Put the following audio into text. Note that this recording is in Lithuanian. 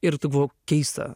ir tai buvo keista